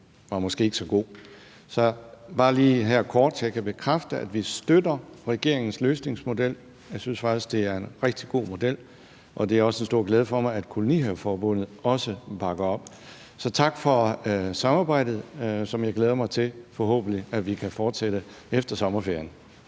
var måske ikke så god. Så bare lige kort kan jeg bekræfte, at vi støtter regeringens løsningsmodel. Jeg synes faktisk, det er en rigtig god model. Og det er også en stor glæde for mig, at Kolonihaveforbundet også bakker op. Så tak for samarbejdet, som jeg glæder mig til at vi forhåbentlig kan fortsætte efter sommerferien.